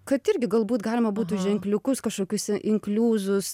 kad irgi galbūt galima būtų ženkliukus kažkokius inkliuzus